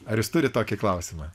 ar jūs turit tokį klausimą